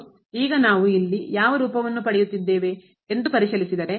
ಮತ್ತು ಈಗ ನಾವು ಇಲ್ಲಿ ಯಾವ ರೂಪವನ್ನು ಪಡೆಯುತ್ತಿದ್ದೇವೆ ಎಂದು ಪರಿಶೀಲಿಸಿದರೆ